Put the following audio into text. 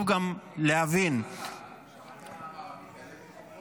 דרך אגב, שמעת מה אמר עמית הלוי פה קודם?